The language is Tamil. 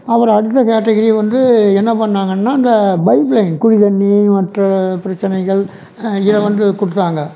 அப்புறம் அடுத்த கேட்டகிரி வந்து என்ன பண்ணிணாங்கன்னா அந்த பைப்லைன் குடி தண்ணீர் மற்ற பிரச்சினைகள் இதை வந்து கொடுத்தாங்க